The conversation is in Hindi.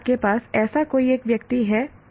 क्या आपके पास ऐसा कोई एक व्यक्ति है